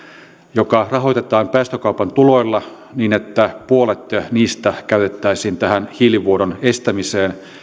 joka rahoitetaan päästökaupan tuloilla niin että puolet niistä käytettäisiin tähän hiilivuodon estämiseen